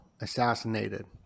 assassinated